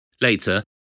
Later